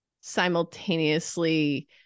simultaneously